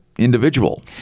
individual